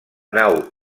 nau